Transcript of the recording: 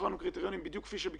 להציג את הקרן שאותה